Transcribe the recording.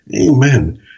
Amen